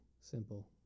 simple